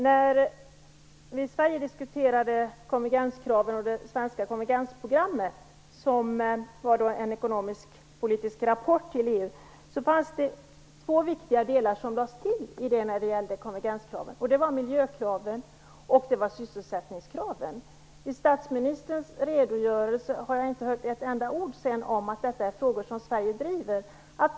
När vi i Sverige diskuterade konvergenskraven och det svenska konvergensprogrammet i en ekonomisk-politisk rapport till EU lades två viktiga delar till när det gällde konvergenskraven, nämligen miljökraven och sysselsättningskraven. I statsministerns redogörelse har jag inte hört ett enda ord om att detta är frågor som Sverige driver.